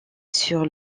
sur